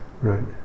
right